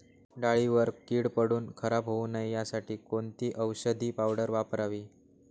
डाळीवर कीड पडून खराब होऊ नये यासाठी कोणती औषधी पावडर वापरावी?